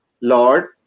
Lord